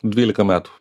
dvylika metų